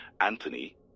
Anthony